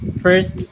first